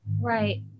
Right